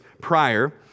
prior